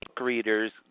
readers